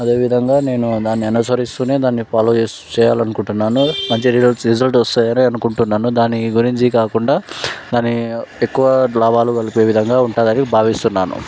అదేవిధంగా నేను దాన్ని అనుసరిస్తున్న దాన్ని ఫాలో చేయాలనుకుంటున్నాను మంచి రిజల్ట్స్ రిజల్ట్ వస్తయనే అనుకుంటున్నాను దాని గురించి కాకుండా దాన్ని ఎక్కువ లాభాలు కలిపే విధంగా ఉంటుందని భావిస్తున్నాను